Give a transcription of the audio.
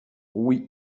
oui